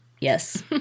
Yes